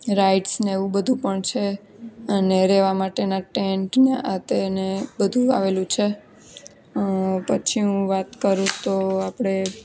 rides ને એવું બધું પણ છે અને રહેવા માટેના ટેન્ટ અને આ તે અને બધું આવેલું છે પછી હું વાત કરું તો આપણે